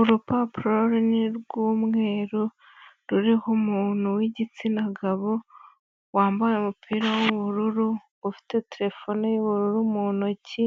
Urupapuro runini rw'umweru, ruriho umuntu w'igitsina gabo, wambaye umupira w'ubururu, ufite telefone y'ubururu mu ntoki,